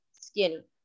skinny